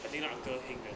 I think the uncle heng 没有看到